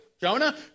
Jonah